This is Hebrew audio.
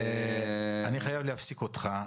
אני חייב להפסיק אותך.